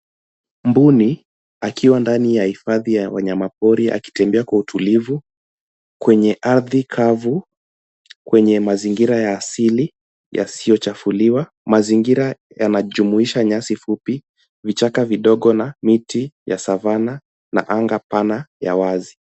Mbuni akiwa ndani ya hifadhi ya wanyama pori akitembea kwa utulivu kwenye ardhi kavu kwenye mazingira ya asili yasiyochafuliwa. Mazingira yanajumuisha nyasi fupi, vichaka vidogo na miti ya cs[savannah]cs na anga pana ya wazi.